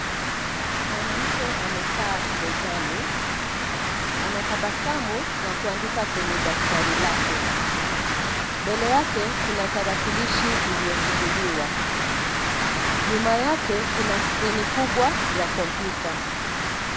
Mwanamke amekaa mezani. Anatabasamu na kuandika kwenye daftari lake. Mbele yake kuna tarakilishi iliyofunguliwa. Nyuma yake kuna skrini kubwa ya kompyuta.